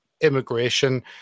immigration